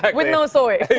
like with no soy.